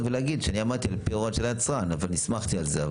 ולהגיד שאני עמדתי על פי הוראות היצרן ונסמכתי על זה.